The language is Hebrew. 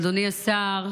אדוני השר,